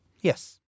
Yes